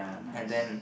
and then